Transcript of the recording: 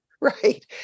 Right